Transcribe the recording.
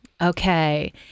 Okay